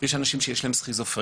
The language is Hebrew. יש אנשים שיש להם סכיזופרניה